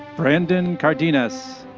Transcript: brandon cardenas.